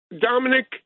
Dominic